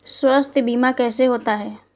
स्वास्थ्य बीमा कैसे होता है?